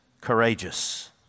courageous